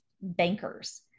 bankers